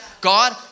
God